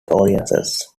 audiences